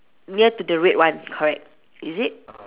near to the red one correct is it